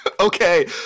okay